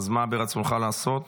אז מה ברצונך לעשות?